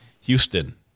Houston